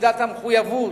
מידת המחויבות,